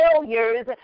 failures